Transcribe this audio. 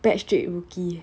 backstreet rookie